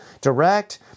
direct